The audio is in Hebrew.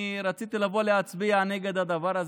אני רציתי לבוא ולהצביע נגד הדבר הזה,